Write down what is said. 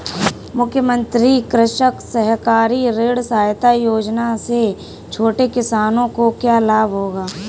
मुख्यमंत्री कृषक सहकारी ऋण सहायता योजना से छोटे किसानों को क्या लाभ होगा?